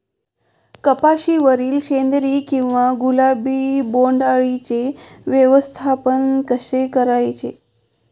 कपाशिवरील शेंदरी किंवा गुलाबी बोंडअळीचे व्यवस्थापन कसे करायचे?